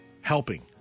helping